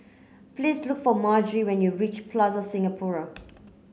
please look for Margery when you reach Plaza Singapura